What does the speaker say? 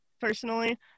personally